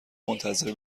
منتظر